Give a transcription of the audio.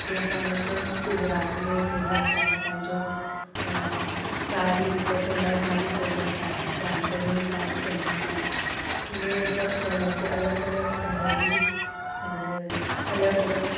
जीअं पाण हिते गुजरात में फेमस आहे पंहिंजो साड़ी पटोला साड़ी फेमस आहे बांधणी साड़ी फेमस आहे इएं सभ जॻह ते अलॻि अलॻि तरह जी अलॻि अलॻि